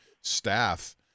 staff